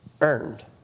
earned